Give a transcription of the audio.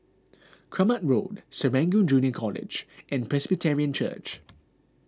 Kramat Road Serangoon Junior College and Presbyterian Church